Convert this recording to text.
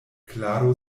klaro